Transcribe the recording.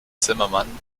zimmermann